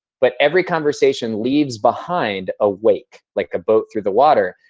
but every conversation leaves behind a wake, like a boat through the water.